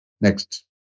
Next